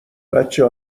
بچه